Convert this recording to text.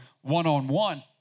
one-on-one